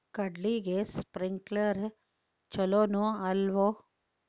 ಕಡ್ಲಿಗೆ ಸ್ಪ್ರಿಂಕ್ಲರ್ ಛಲೋನೋ ಅಲ್ವೋ?